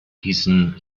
hießen